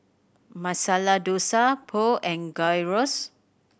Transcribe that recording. Masala Dosa Pho and Gyros